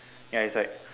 ya is like